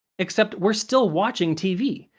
except we're still watching tv,